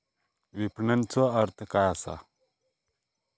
विपणनचो अर्थ काय असा?